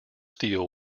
steel